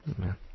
Amen